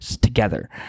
together